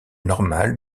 normale